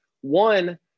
one